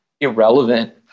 irrelevant